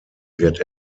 wird